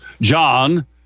John